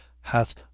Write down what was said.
hath